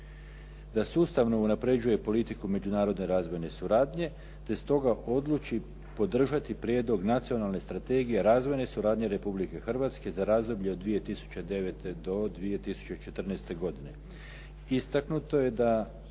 Da sustavno unapređuje politiku međunarodne razvojne suradnje te stoga odluči podržati Prijedlog nacionalne strategije razvojne suradnje Republike Hrvatske za razdoblje od 2009. do 2014. godine. Istaknuto je da